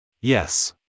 Yes